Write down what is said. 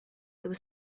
there